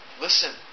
Listen